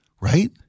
Right